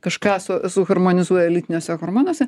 kažką su suharmonizuoja lytiniuose hormonuose